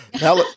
now